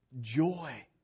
Joy